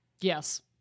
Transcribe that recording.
Yes